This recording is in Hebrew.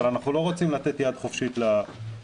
אבל אנחנו לא רוצים לתת יד חופשית לגופים